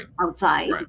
outside